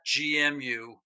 GMU